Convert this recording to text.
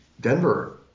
Denver